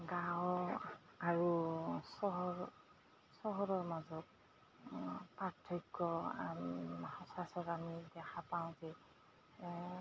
গাঁও আৰু চহৰ চহৰৰ মাজত পাৰ্থক্য আমি সচৰাচৰ আমি দেখা পাওঁ যে